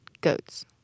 goats